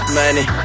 money